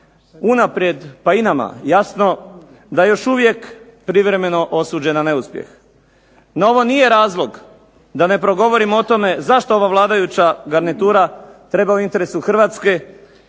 unaprijed, pa i nama jasno da još uvijek privremeno osuđen na neuspjeh. No ovo nije razlog da ne progovorimo o tome zašto ova vladajuća garnitura treba u interesu Hrvatske,